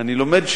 אני לומד,